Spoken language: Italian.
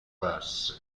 basse